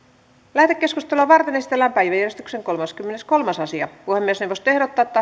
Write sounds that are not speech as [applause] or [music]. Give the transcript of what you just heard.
lähetekeskustelua varten esitellään päiväjärjestyksen kolmaskymmeneskolmas asia puhemiesneuvosto ehdottaa että [unintelligible]